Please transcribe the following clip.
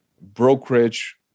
brokerage